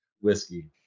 whiskey